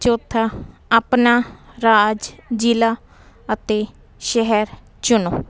ਚੌਥਾ ਆਪਣਾ ਰਾਜ ਜ਼ਿਲ੍ਹਾ ਅਤੇ ਸ਼ਹਿਰ ਚੁਣੋ